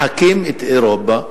מחקים את אירופה